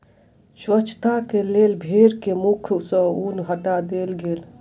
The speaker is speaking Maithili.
स्वच्छता के लेल भेड़ के मुख सॅ ऊन हटा देल गेल